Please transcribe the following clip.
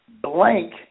blank